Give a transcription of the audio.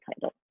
title